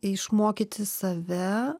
išmokyti save